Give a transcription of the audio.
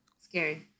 Scary